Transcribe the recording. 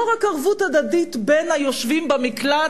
לא רק ערבות הדדית בין היושבים במקלט